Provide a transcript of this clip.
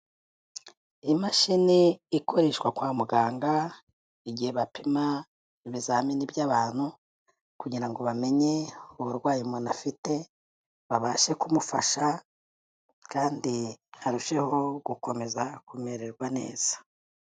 Imashini ikoreshwa kwa muganga igihe bapima ibizamini by'abantu kugira ngo bamenye uburwayi umuntu afite babashe kumufasha kandi arusheho gukomeza kumererwa neza.